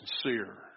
sincere